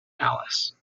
alice